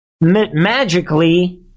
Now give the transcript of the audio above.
magically